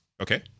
Okay